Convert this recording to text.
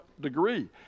degree